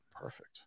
Perfect